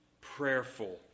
prayerful